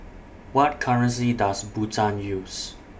What currency Does Bhutan use